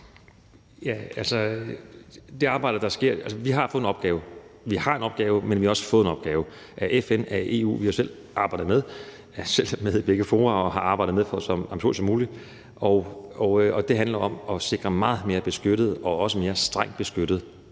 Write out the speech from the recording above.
(Magnus Heunicke): Vi har fået en opgave. Vi har en opgave, men vi har også fået en opgave af FN og af EU. Vi har selv arbejdet med der og er selv med i begge fora og har arbejdet med så ambitiøst som muligt. Det handler om at sikre meget mere beskyttet og også mere strengt beskyttet